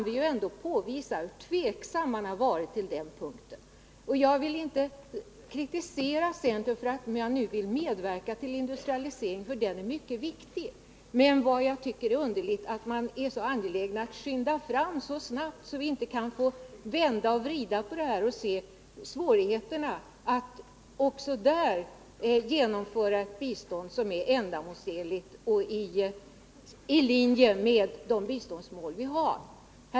Vi kan påvisa hur tveksam man har varit på den punkten tidigare. Jag vill inte kritisera centern för att man nu vill medverka till industrialisering, för det är någonting viktigt. Men det är underligt att man är så angelägen om att skynda fram så snabbt att vi inte hinner vända och vrida på frågan och undersöka om vi kan genomföra ett bistånd som är ändamålsenligt och i linje med våra biståndsmål.